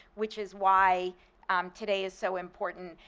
which is why today is so important.